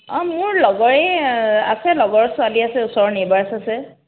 অঁ মোৰ লগৰ এই আছে লগৰ ছোৱালী আছে ওচৰৰ নেবাৰছ আছে